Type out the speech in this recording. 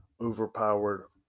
overpowered